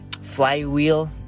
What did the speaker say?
Flywheel